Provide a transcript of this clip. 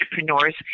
entrepreneurs